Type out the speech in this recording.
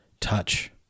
touch